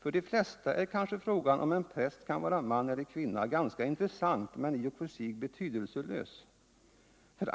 För de flesta är kanske frågan om en präst kan vara man eller kvinna ganska intressant men i och för sig betydelselös. För